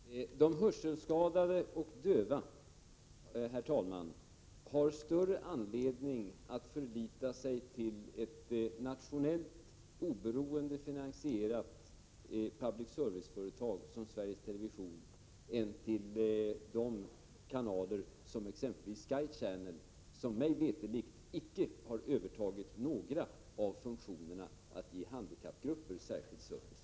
Herr talman! De hörselskadade och döva har större anledning att lita till ett nationellt, oberoende finansierat public service-företag som Sveriges Television än till sådana kanaler som exempelvis Sky Channel, som mig veterligt icke har övertagit någon av funktionerna när det gäller att ge handikappade grupper särskild service.